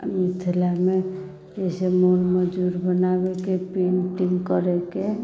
आ मिथिलामे जैसे मोर मयूर बनाबैके पेन्टिंग करयके